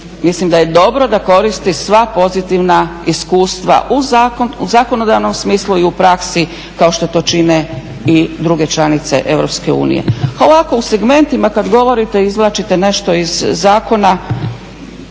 mislim da je dobro da koristi sva pozitivna iskustva u zakonodavnom smislu i u praksi kao što to čine i druge članice EU. A ovako u segmentima kad govorite izvlačite nešto iz zakona.